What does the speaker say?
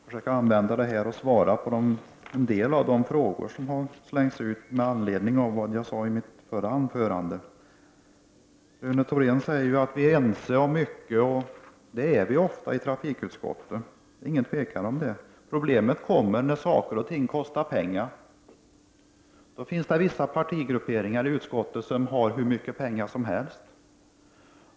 Fru talman! Jag skall försöka svara på en del av de frågor som har ställts med anledning av vad jag sade i mitt förra anförande. Rune Thorén säger att vi är ense om mycket, och det är vi ofta i trafikutskottet — det är inget tvivel om det. Problemen kommer när saker och ting kostar pengar. Då finns det vissa partigrupperingar i utskottet som har hur mycket pengar som helst.